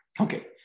Okay